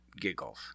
giggles